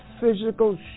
physical